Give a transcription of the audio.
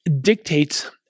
dictates